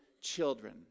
children